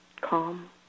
calm